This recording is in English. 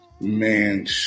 Man